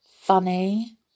funny